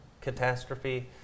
catastrophe